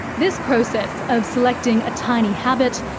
this process of selecting a tiny habit,